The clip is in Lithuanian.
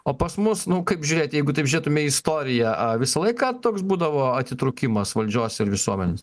o pas mus nu kaip žiūrėti jeigu taip žiūrėtume į istoriją a visą laiką toks būdavo atitrūkimas valdžios ir visuomenės